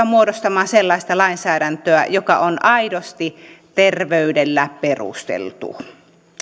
muodostamaan sellaista lainsäädäntöä joka on aidosti terveydellä perusteltu